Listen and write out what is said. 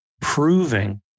proving